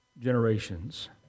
generations